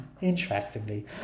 interestingly